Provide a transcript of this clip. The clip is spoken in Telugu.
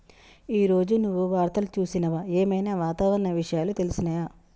ఈ రోజు నువ్వు వార్తలు చూసినవా? ఏం ఐనా వాతావరణ విషయాలు తెలిసినయా?